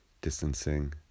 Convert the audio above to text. distancing